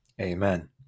Amen